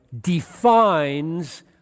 defines